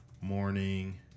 morning